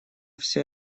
все